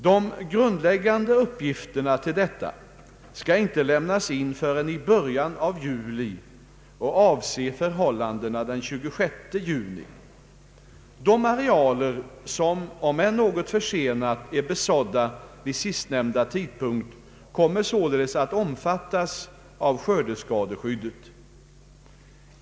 De grundläggande uppgifterna till detta skall inte lämnas in förrän i början av juli och avse förhållandena den 26 juni. De arealer som, om än något försenat, är besådda vid sistnämnda tidpunkt kommer således att omfattas av skördeskadeskyddet.